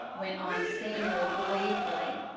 went on samuel gleefully.